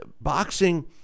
boxing